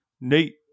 Nate